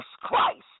Christ